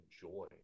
joy